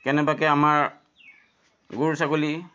কেনেবাকৈ আমাৰ গৰু ছাগলীৰ